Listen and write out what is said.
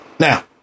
Now